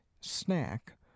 snack